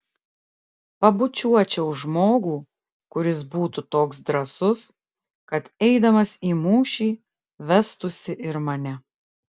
pabučiuočiau žmogų kuris būtų toks drąsus kad eidamas į mūšį vestųsi ir mane